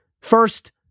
First